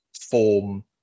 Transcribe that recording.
form